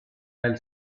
elle